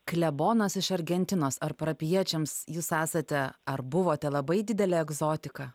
klebonas iš argentinos ar parapijiečiams jūs esate ar buvote labai didelė egzotika